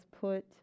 put